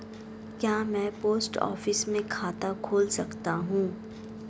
क्या मैं post office में खाता खोल सकता हूँ?